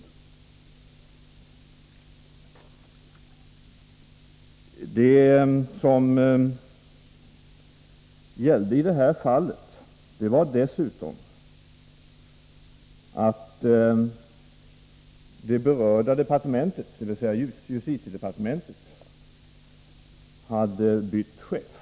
Nr 44 Det som dessutom gällde i det här fallet var att det berörda departementet, Måndagen den dvs. justitiedepartementet, hade bytt chef.